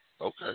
Okay